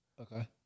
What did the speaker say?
Okay